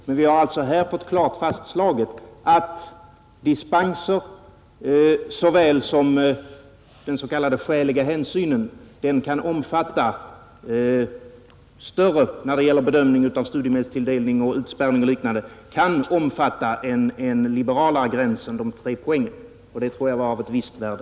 Men vi har här fått klart fastslaget att dispenser såväl som den s.k. skäliga hänsynen — när det gäller bedömningen av studiemedelstilldelning, utspärrning och liknande — kan omfatta en liberalare gräns än de 3 poängen. Jag tror att det var av visst värde,